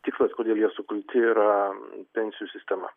tikslas kodėl jie sukurti yra pensijų sistema